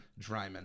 Dryman